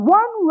one